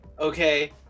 Okay